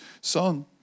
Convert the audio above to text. son